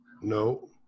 No